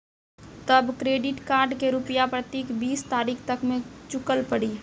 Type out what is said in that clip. तब credit card के रूपिया प्रतीक बीस तारीख तक मे चुकल पड़ी?